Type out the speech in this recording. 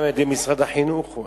גם על-ידי משרד החינוך,